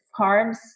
carbs